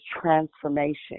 transformation